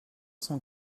cent